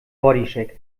bodycheck